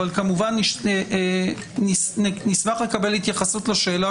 אבל כמובן נשמח לקבל התייחסות לשאלה